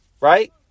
right